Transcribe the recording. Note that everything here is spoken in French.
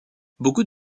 beaucoup